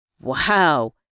Wow